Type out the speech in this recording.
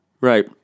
Right